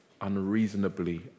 unreasonably